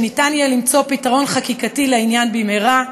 "שיהיה אפשר למצוא פתרון חקיקתי לעניין במהרה,